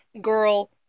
girl